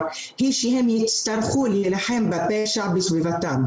היא שהם יצטרכו להילחם בפשע בסביבתם.